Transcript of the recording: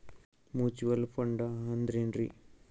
Mutual fund ಅಂದ್ರೆನ್ರಿ?